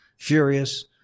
Furious